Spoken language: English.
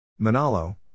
Manalo